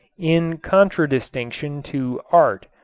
in contradistinction to art,